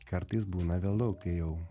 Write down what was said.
kartais būna vėlu kai jau